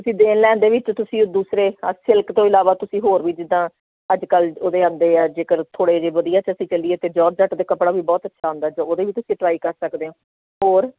ਤੁਸੀਂ ਦੇਖ ਲੈਣ ਦੇ ਵਿੱਚ ਤੁਸੀਂ ਉਹ ਦੂਸਰੇ ਸਿਲਕ ਤੋਂ ਇਲਾਵਾ ਤੁਸੀਂ ਹੋਰ ਵੀ ਜਿੱਦਾਂ ਅੱਜ ਕੱਲ੍ਹ ਉਹਦੇ ਆਉਂਦੇ ਆ ਜੇਕਰ ਥੋੜ੍ਹੇ ਜਿਹੇ ਵਧੀਆ 'ਚ ਅਸੀਂ ਕਹਿ ਲਈਏ ਅਤੇ ਜੋਰਜਟ ਅਤੇ ਕੱਪੜਾ ਵੀ ਬਹੁਤ ਪਸੰਦ ਆ ਉਹਦੇ ਵੀ ਤੁਸੀਂ ਟਰਾਈ ਕਰ ਸਕਦੇ ਹੋ ਹੋਰ